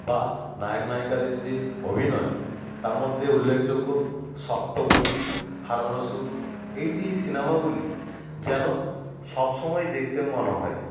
বা নায়ক নায়িকাদের যে অভিনয় তার মধ্যে উল্লেখযোগ্য সপ্তপদী হারানো সুর এই যে এই সিনেমাগুলি যেন সব সময় দেখতে মন হয়